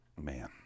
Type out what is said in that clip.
Man